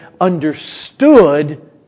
understood